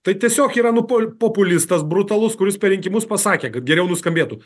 tai tiesiog yra nu pol populistas brutalus kuris per rinkimus pasakė kad geriau nuskambėtų